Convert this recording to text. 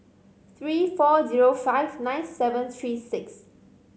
three four zero five nine seven three six